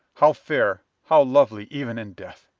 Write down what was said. how fair, how lovely even in death!